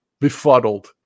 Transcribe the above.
befuddled